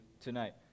tonight